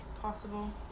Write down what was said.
possible